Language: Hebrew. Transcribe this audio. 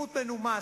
עימות מנומס,